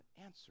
answer